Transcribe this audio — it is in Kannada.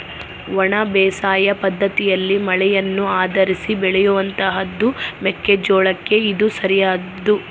ಒಣ ಬೇಸಾಯ ಪದ್ದತಿಯಲ್ಲಿ ಮಳೆಯನ್ನು ಆಧರಿಸಿ ಬೆಳೆಯುವಂತಹದ್ದು ಮೆಕ್ಕೆ ಜೋಳಕ್ಕೆ ಇದು ಸರಿಯಾದದ್ದು